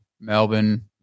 Melbourne